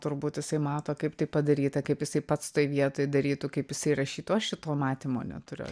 turbūt jisai mato kaip tai padaryta kaip jisai pats toj vietoj darytų kaip jisai rašytų aš šito matymo neturiu